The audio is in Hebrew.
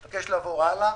אני מבקש לעבור הלאה.